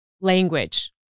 language